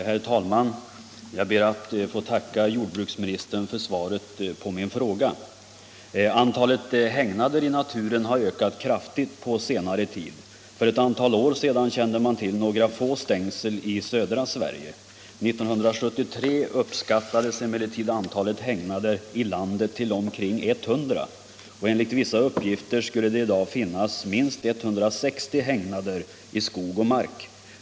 Herr talman! Jag ber att få tacka jordbruksministern för svaret på min fråga. Antalet hägnader i naturen har ökat kraftigt på senare tid. För ett antal år sedan kände man till några få stängsel i södra Sverige. 1973 uppskattades emellertid antalet hägnader i landet till omkring 100, och enligt vissa uppgifter skulle det i dag finnas minst 160 hägnader i skog och mark.